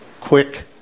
quick